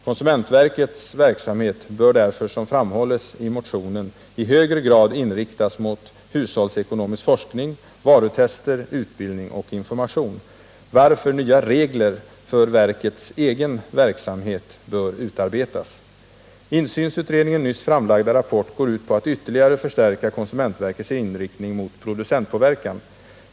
Konsumentverkets verksamhet bör därför, som framhålls i motionen, i högre grad inriktas mot hushållsekonomisk forskning, varutester, utbildning och information, varför nya regler för verkets egen verksamhet bör utarbetas. Insynsutredningens nyss framlagda rapport går ut på att ytterligare förstärka konsumentverkets inriktning mot producentpåverkan.